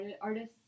artists